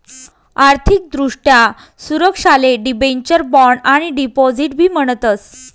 आर्थिक दृष्ट्या सुरक्षाले डिबेंचर, बॉण्ड आणि डिपॉझिट बी म्हणतस